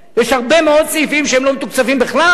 יש הרבה מאוד סעיפים שהם לא מתוקצבים בהם בכלל.